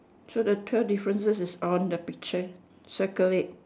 so the twelve differences is on the picture circle it